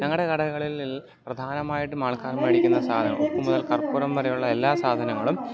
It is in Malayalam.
ഞങ്ങളുടെ കടകളിൽ പ്രധാനമായിട്ടും ആൾക്കാർ മേടിക്കുന്ന സാധനം ഉപ്പ് മുതൽ കർപ്പൂരം വരെയുള്ള എല്ലാ സാധനങ്ങളും